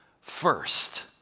first